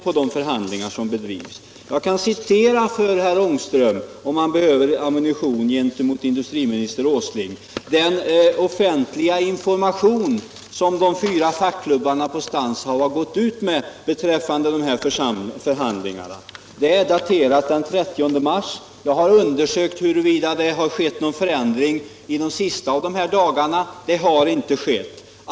Behöver herr Ångström ammunition gentemot industriminister Åsling kan jag citera den offentliga information som de fyra fackklubbarna på Stansaab har gått ut med när det gäller de här förhandlingarna. Skrivelsen är daterad den 30 mars. Jag har undersökt om det skett någon ändring under de senaste dagarna, men det har det inte.